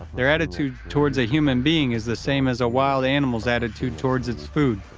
their attitude towards a human being is the same as a wild animal's attitude towards its food.